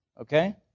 Okay